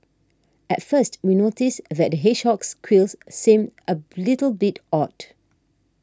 at first we noticed that the hedgehog's quills seemed a little bit odd